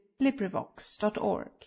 LibriVox.org